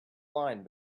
line